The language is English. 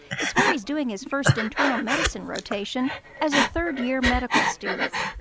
it's where he's doing his first internal medicine rotation as a third year medical student.